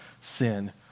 sin